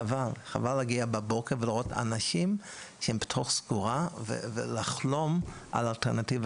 חבל להגיע בבוקר ולראות אנשים שהם בתוך סגורה ולחלום על אלטרנטיבה